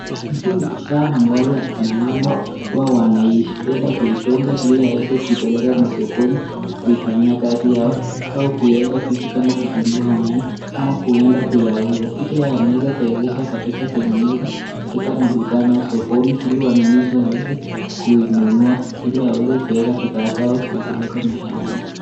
Hizi ni vifaa ambavyo akina mama wao wanapenda kuidunga ili waweze kuipeleka masokoni kuifanyia kazi yao au kuweka vitu kama vitungu au nyanya ama kuenda kuyauza. Vitu haya ameweza kuegesha katika sehemu moja katika madukani au sokoni ili wanunuzi waweze kuinunua ili waweze kuweka bidhaa zao kuipeleka mashambani.